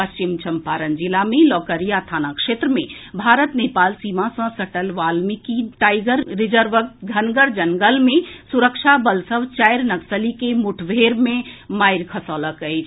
पश्चिम चम्पारण जिला मे लौकरिया थाना क्षेत्र मे भारत नेपाल सीमा सँ सटल वाल्मीकि टाइगर रिजर्वक घनगर जंगल मे सुरक्षा बल सभ चारि नक्सली के मुठभेड़ मे मारि खसौलक अछि